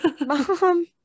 Mom